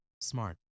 smart